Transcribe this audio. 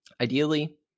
ideally